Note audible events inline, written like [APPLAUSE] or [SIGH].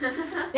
[LAUGHS]